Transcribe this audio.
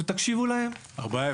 תקשיבו להן.